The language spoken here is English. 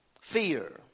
Fear